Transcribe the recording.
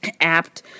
apt